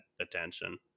attention